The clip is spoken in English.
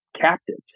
captives